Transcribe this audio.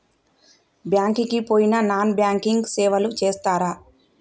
Bank కి పోయిన non banking సేవలు చేస్తరా?